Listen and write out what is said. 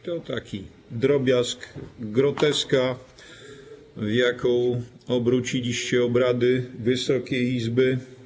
To taki drobiazg, groteska, w jaką obróciliście obrady Wysokiej Izby.